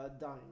dying